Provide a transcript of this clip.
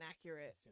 accurate